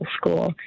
school